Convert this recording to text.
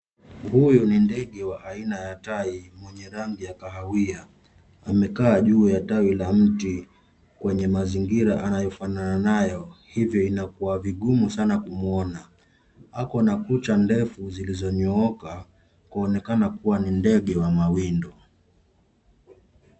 Huyu ni ndege wa aina ya tai mwenye rangi ya kahawia. Amekaa juu ya tawi la mti kwenye mazingira anayofanana nayo, hivyo inakua vigumu sana kumuona. Ako na kucha ndefu zilizonyooka kuonekana kuwa ni ndege wa mawindo.